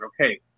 okay